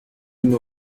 une